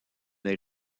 est